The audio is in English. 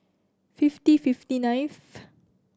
fifty fifty ninth